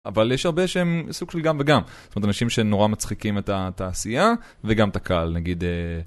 אבל יש הרבה שהם סוג של גם וגם, זאת אומרת אנשים שנורא מצחיקים את התעשייה וגם את הקהל נגיד.